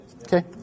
Okay